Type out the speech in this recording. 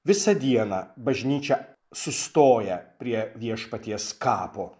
visą dieną bažnyčia sustoja prie viešpaties kapo